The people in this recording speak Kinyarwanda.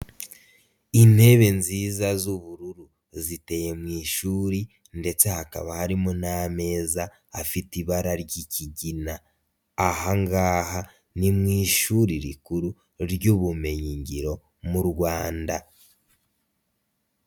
Intebe nziza z'ubururu ziteye mu ishuri ndetse hakaba harimo n'ameza, afite ibara ry'ikigina aha ngaha ni mu ishuri rikuru ry'ubumenyingiro mu Rwanda.